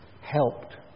helped